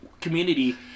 community